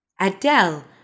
Adele